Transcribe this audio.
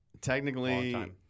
Technically